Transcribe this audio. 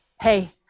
Hey